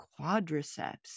quadriceps